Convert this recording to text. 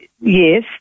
yes